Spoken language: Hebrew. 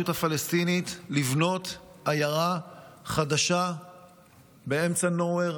הפלסטינית לבנות עיירה חדשה באמצע nowhere,